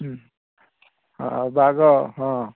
ହୁଁ ହେଉ ବାଘ ହଁ